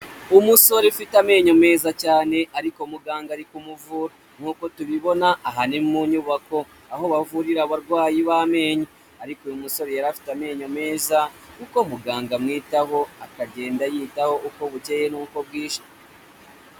Umusore ufite amenyo meza cyane ariko muganga ari kumuvura nkuko tubibona, aha ni mu nyubako aho bavurira abarwayi b'amenyo ariko uyu musore yari afite amenyo meza kuko muganga amwitaho akagenda yitaho uko bukeye n'uko bwijewe.